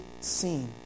seen